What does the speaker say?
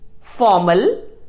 formal